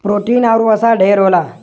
protein आउर वसा ढेर होला